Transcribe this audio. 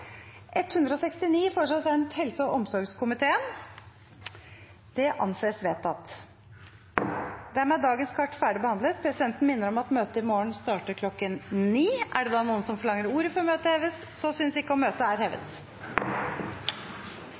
dagens kart ferdigbehandlet. Presidenten minner om at møtet i morgen starter kl. 9. Forlanger noen ordet før møtet heves? – Så synes ikke, og møtet er hevet.